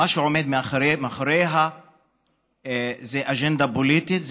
שעומד מאחוריה זה אג'נדה פוליטית,